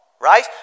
right